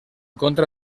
contra